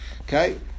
Okay